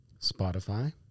Spotify